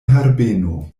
herbeno